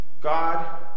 God